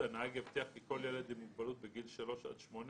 הנהג יבטיח כי ילד עם מוגבלות בגיל 3 עד 8,